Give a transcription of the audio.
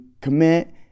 commit